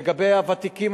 לגבי הוותיקים,